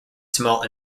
small